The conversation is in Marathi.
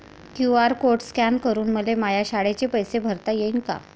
क्यू.आर कोड स्कॅन करून मले माया शाळेचे पैसे भरता येईन का?